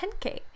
10K